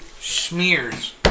Smears